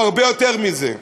הוא הרבה יותר מזה.